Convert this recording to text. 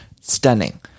stunning